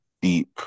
deep